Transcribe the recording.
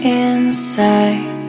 inside